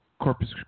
Corpus